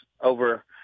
over